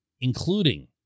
including